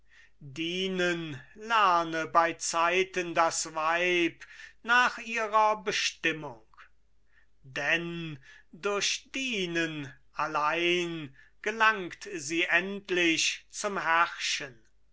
dienen lerne beizeiten das weib nach ihrer bestimmung denn durch dienen allein gelangt sie endlich zum herrschen